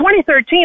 2013